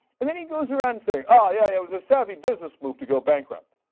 and then he goes around saying ah yeah it was a savvy business moved to go bankrupt.